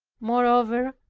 moreover,